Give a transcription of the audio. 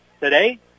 today